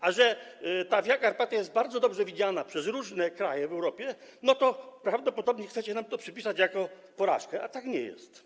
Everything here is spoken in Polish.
A że Via Carpatia jest bardzo dobrze widziana przez różne kraje w Europie, to prawdopodobnie chcecie nam to przypisać, potraktować jak porażkę, a tak nie jest.